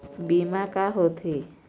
बीमा का होते?